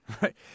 Right